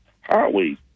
highways